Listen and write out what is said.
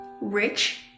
rich